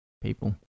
people